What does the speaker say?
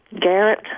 Garrett